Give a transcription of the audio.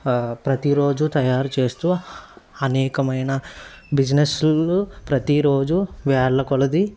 ప్రతిరోజు తయారు చేస్తూ అనేకమైన బిజినెస్లు ప్రతీరోజు వేల్ల కొలది